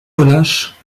relâche